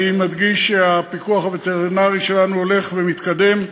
אני מדגיש שהפיקוח הווטרינרי שלנו הולך ומתקדם.